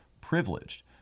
privileged